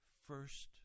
first